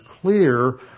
clear